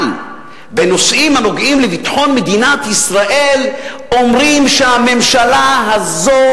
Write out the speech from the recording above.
אבל בנושאים הנוגעים לביטחון מדינת ישראל אומרים שהממשלה הזו,